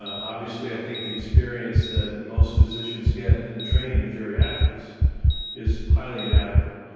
obviously i think the experience that most physicians get in the training of geriatrics is highly inadequate.